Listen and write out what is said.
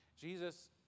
Jesus